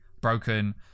broken